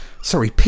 sorry